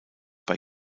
bei